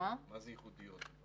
זה ייחודיות?